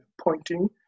pointing